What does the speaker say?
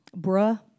bruh